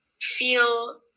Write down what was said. feel